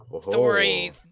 story